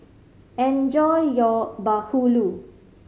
enjoy your bahulu